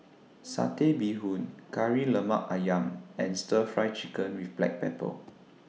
Satay Bee Hoon Kari Lemak Ayam and Stir Fry Chicken with Black Pepper